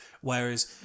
Whereas